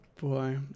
boy